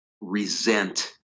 resent